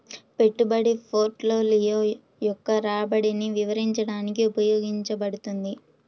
పెట్టుబడి పోర్ట్ఫోలియో యొక్క రాబడిని వివరించడానికి ఉపయోగించబడుతుంది